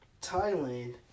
Thailand